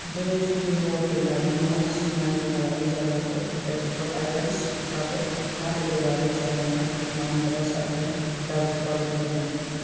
दिनै फुंबिलियाव होफैनाय न'आव फिसिनाय जुनारारि जाग्राफोर पेट फुद आइथेमस आरो ना बेदरारि जामुंआ नन वेज आइथेम गाज्रि क्वालिटिनिमोन